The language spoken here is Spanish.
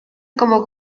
como